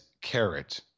carrot